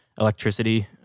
electricity